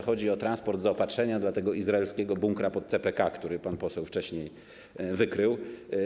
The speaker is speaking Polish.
Chodzi o transport zaopatrzenia dla tego izraelskiego bunkra pod CPK, który pan poseł wcześniej wykrył.